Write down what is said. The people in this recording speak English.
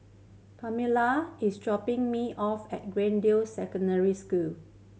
Pamella is dropping me off at Greendale Secondary School